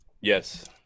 Yes